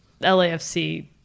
LAFC